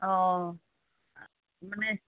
অ' মানে